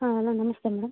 ಹಾಂ ಹಲೋ ನಮಸ್ತೆ ಮೇಡಮ್